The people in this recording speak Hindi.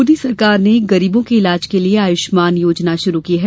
मोदी सरकार ने गरीबों के इलाज के लिये आयुष्मान योजना शुरू की है